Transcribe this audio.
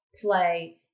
play